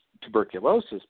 tuberculosis